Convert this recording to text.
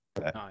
Nice